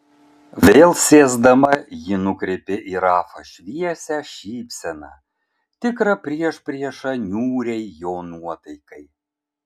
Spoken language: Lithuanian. vėl sėsdama ji nukreipė į rafą šviesią šypseną tikrą priešpriešą niūriai jo nuotaikai